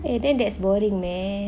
eh then that's boring man